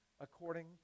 according